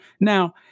Now